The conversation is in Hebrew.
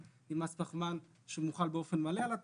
למס פחמן שמוחל באופן מלא על התעשייה,